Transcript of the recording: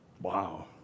Wow